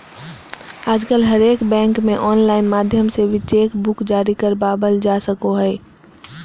आजकल हरेक बैंक मे आनलाइन माध्यम से भी चेक बुक जारी करबावल जा सको हय